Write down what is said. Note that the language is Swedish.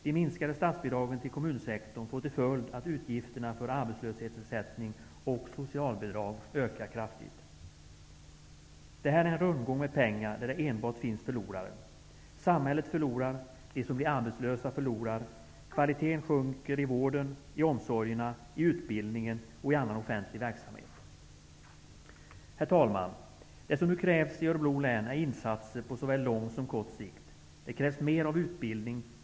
De minskade statsbidragen till kommunsektorn får till följd att utgifterna för arbetslöshetsersättning och socialbidrag ökar kraftigt. Det här är en rundgång med pengar där det enbart finns förlorare. Samhället förlorar, de som blir arbetslösa förlorar, kvalitén sjunker i vården, omsorgerna, utbildningen och annan offentlig verksamhet. Herr talman! Det som nu krävs i Örebro län är insatser på såväl lång som kort sikt. Det krävs mer av utbildning.